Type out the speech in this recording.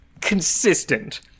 consistent